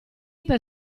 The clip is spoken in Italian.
per